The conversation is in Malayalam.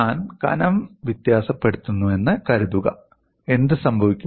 ഞാൻ കനം വ്യത്യാസപ്പെടുത്തുന്നുവെന്ന് കരുതുക എന്ത് സംഭവിക്കും